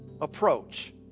approach